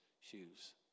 Shoes